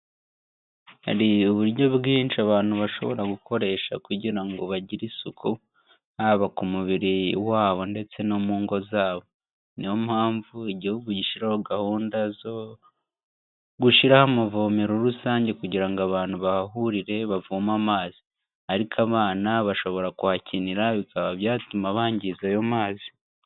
Hari uburyo bwinshi abantu bashobora gukoresha kugira ngo bagire isuku, haba ku mubiri wabo ndetse no mu ngo zabo. Ni yo mpamvu igihugu gishyiraho gahunda zo gushiraho amavomero rusange kugira ngo abantu bahahurire bavoma amazi ariko abana bashobora kuhakinira bikaba byatuma bangiriza ayo mazi.